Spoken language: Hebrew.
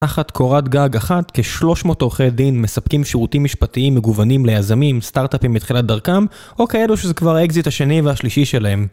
אחת קורת גג, אחת כ-300 עורכי דין, מספקים שירותים משפטיים, מגוונים ליזמים, סטארטאפים מתחילת דרכם, או כאלו שזה כבר האקזיט השני והשלישי שלהם.